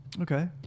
Okay